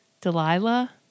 Delilah